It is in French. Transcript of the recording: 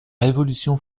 révolution